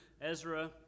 Ezra